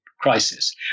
crisis